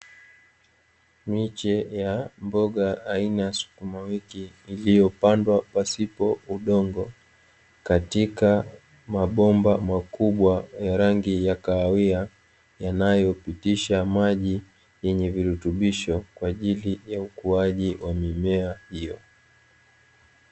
Miche ya mboga aina ya sukumawiki iliyopandwa pasipo udongo katika mabomba makubwa ya rangi ya kahawia yanayopitisha maji yenye virutubisho kwajili ya ukuaji wa mimea hiyo.